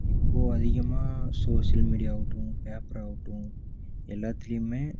இப்போது அதிகமாக social media ஆகட்டும் பேப்பராகட்டும் எல்லாத்துலேயுமே